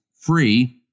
free